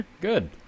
Good